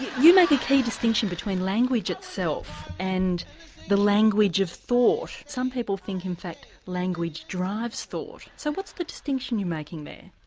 you make a key distinction between language itself and the language of thought. some people think in fact language drives thought. so what's the distinction you're making there?